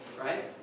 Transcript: right